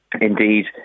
indeed